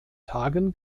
tagen